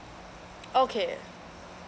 okay